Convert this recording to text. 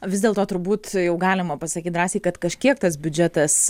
vis dėlto turbūt jau galima pasakyt drąsiai kad kažkiek tas biudžetas